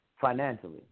financially